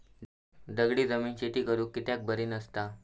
दगडी जमीन शेती करुक कित्याक बरी नसता?